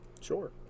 sure